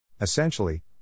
Essentially